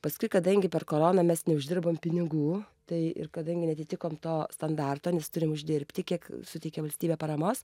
paskui kadangi per koroną mes neuždirbom pinigų tai ir kadangi neatitikom to standarto nes turim uždirbti kiek suteikia valstybė paramos